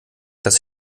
dass